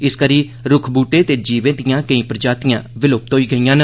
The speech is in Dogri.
इस करी रूक्ख बूहटे ते जीवेम दिया केईयां प्रजातियां विलुप्त होई गेईयां न